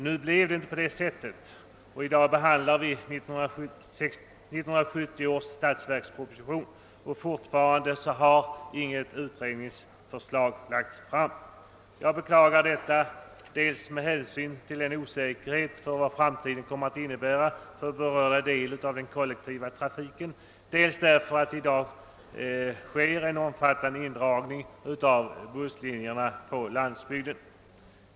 Nu blev det inte så; i dag behandlar vi 1970 års statsverksproposition, och fortfarande har inget utredningsförslag lagts fram. Jag beklagar detta dels med hänsyn till den osäkerhet framtiden kommer att innebära för berörda del av den kollektiva trafiken, dels därför att det i dag pågår en omfattande indragning av busslinjer på landsbygden.